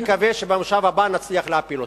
אני מקווה שבמושב הבא נצליח להפיל אותה.